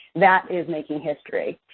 that is making history.